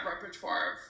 repertoire